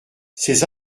ces